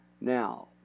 Now